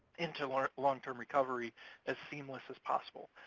into ah long-term recovery as seamless as possible.